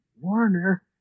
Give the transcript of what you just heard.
Warner